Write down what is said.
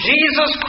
Jesus